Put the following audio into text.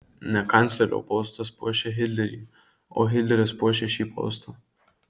ne kanclerio postas puošia hitlerį o hitleris puošia šį postą